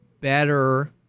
better